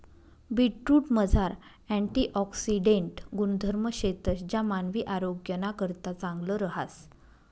बीटरूटमझार अँटिऑक्सिडेंट गुणधर्म शेतंस ज्या मानवी आरोग्यनाकरता चांगलं रहास